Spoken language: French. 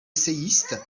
essayiste